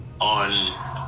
on